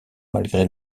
malgré